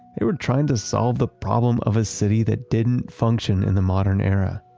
they were trying to solve the problem of a city that didn't function in the modern era.